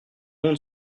monde